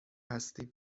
هستیم